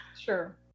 Sure